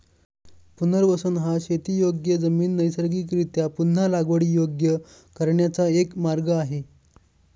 पुनर्वसन हा शेतीयोग्य जमीन नैसर्गिकरीत्या पुन्हा लागवडीयोग्य करण्याचा एक मार्ग आहे